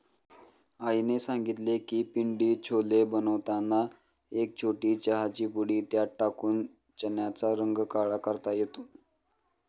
आईने सांगितले की पिंडी छोले बनवताना एक छोटी चहाची पुडी त्यात टाकून चण्याचा रंग काळा करता येतो